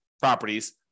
properties